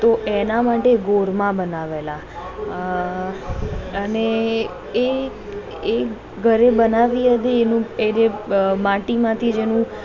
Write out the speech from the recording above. તો એના માટે ગોરમા બનાવેલા અને એ એ ઘરે બનાવી હતી માટીમાંથી જ એનું